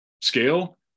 scale